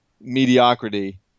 mediocrity